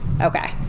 Okay